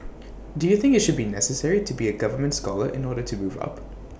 do you think IT should be necessary to be A government scholar in order to move up